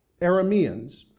Arameans